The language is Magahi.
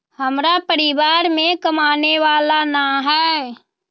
हमरा परिवार में कमाने वाला ना है?